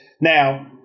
Now